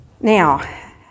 Now